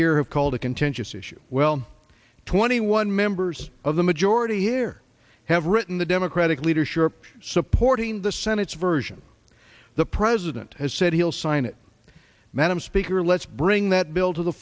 here have called a contentious issue well twenty one members of the majority here have written the democratic leadership supporting the senate's version the president has said he'll sign it madam speaker let's bring that bill to the